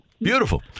Beautiful